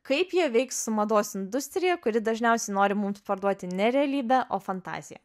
kaip jie veiks su mados industrija kuri dažniausiai nori mums parduoti ne realybę o fantaziją